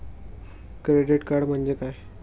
Credit card म्हणजे काय?